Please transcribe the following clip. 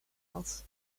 else